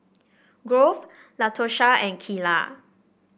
Grove Latosha and Keila